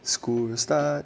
school start